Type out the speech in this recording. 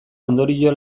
ondorio